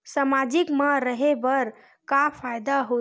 सामाजिक मा रहे बार का फ़ायदा होथे?